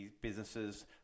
businesses